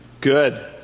Good